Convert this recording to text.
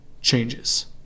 changes